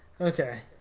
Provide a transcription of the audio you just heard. Okay